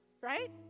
right